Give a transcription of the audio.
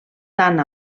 tant